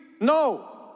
no